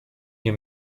nie